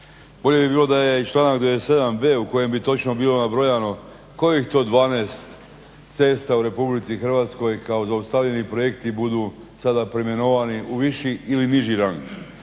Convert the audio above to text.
Bolje bi bilo da je i članak 97.b u kojem bi točno bilo nabrojano kojih to 12 cesta u RH kao zaustavljeni projekti budu sada preimenovani u viši ili niži rang.